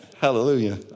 Hallelujah